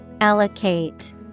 Allocate